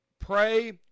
pray